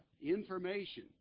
information